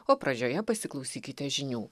o pradžioje pasiklausykite žinių